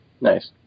Nice